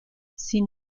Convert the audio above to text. sin